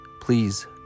please